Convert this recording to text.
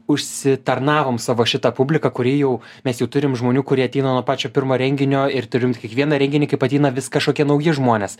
užsitarnavom savo šitą publiką kuri jau mes jau turim žmonių kurie ateina nuo pačio pirmo renginio ir turim kiekvieną renginį kaip ateina vis kažkokie nauji žmonės